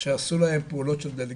שעשו להם פעולות של דה לגיטימציה,